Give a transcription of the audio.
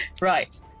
Right